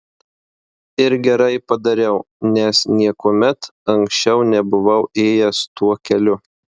ir gerai padariau nes niekuomet anksčiau nebuvau ėjęs tuo keliu